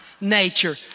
nature